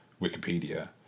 Wikipedia